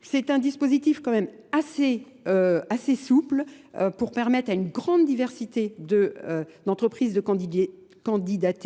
C'est un dispositif assez souple pour permettre à une grande diversité d'entreprises de candidats